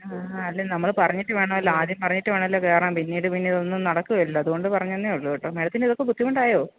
ആ അല്ല നമ്മൾ പറഞ്ഞിട്ട് വേണമല്ലോ ആദ്യം പറഞ്ഞിട്ട് വേണമല്ലോ കയറാന് പിന്നീട് പിന്നെ ഇതൊന്നും നടക്കുകയില്ലല്ലോ അതുകൊണ്ട് പറഞ്ഞെന്നേ ഉള്ളു കേട്ടോ മേഡത്തിന് ഇതൊക്കെ ബുദ്ധിമുട്ടായോ